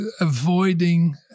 avoiding